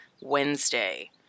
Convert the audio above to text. Wednesday